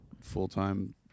full-time